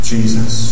Jesus